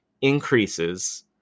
increases